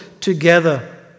together